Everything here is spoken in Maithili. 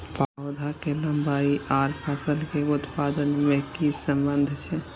पौधा के लंबाई आर फसल के उत्पादन में कि सम्बन्ध छे?